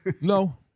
No